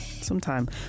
sometime